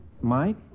mike